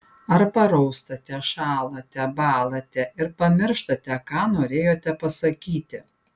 ar paraustate šąlate bąlate ir pamirštate ką norėjote pasakyti